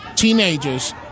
teenagers